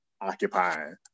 occupying